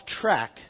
track